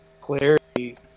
clarity